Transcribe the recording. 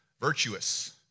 Virtuous